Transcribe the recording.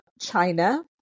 China